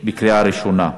בקריאה ראשונה.